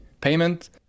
payment